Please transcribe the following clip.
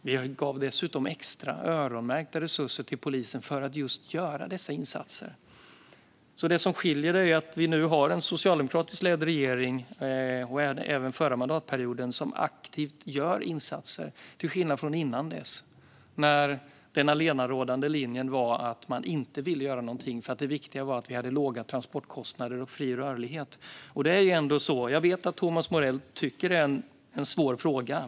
Vi gav dessutom extra öronmärkta resurser till polisen för att just göra dessa insatser. Det som skiljer är att vi nu och även förra mandatperioden har en socialdemokratiskt ledd regering som aktivt gör insatser, till skillnad från innan dess. Då var den allenarådande linjen att man inte ville göra någonting för det viktiga var att vi hade låga transportkostnader och fri rörlighet. Jag vet att Thomas Morell tycker att det är en svår fråga.